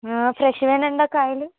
ఫ్రెష్గానే ఉందా కాయలు